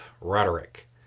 rhetoric